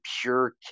pure